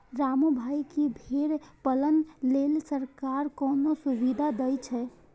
रामू भाइ, की भेड़ पालन लेल सरकार कोनो सुविधा दै छै?